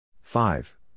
Five